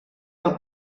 del